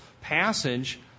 passage